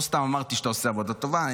לא סתם אמרתי שאתה עושה עבודה טובה.